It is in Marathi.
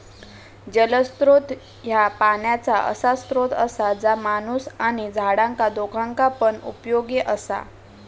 जलस्त्रोत ह्या पाण्याचा असा स्त्रोत असा जा माणूस आणि झाडांका दोघांका पण उपयोगी असा